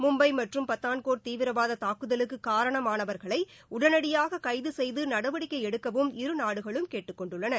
மும்பை மற்றும் பத்தான்கோட் தீவிரவாத தாக்குதலுக்கு காரணமானவர்களை உடனடியாக கைது செய்து நடவடிக்கை எடுக்கவும் இருநாடுகளும் கேட்டுக் கொண்டுள்ளன